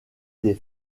des